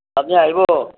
আপ্নি আহিব